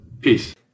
peace